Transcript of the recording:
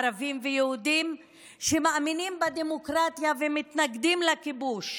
ערבים ויהודים שמאמינים בדמוקרטיה ומתנגדים לכיבוש,